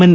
N